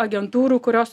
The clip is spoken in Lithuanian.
agentūrų kurios